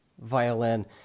violin